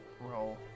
roll